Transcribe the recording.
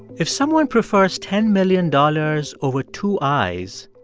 if someone prefers ten million dollars over two eyes,